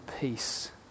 peace